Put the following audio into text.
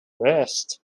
worst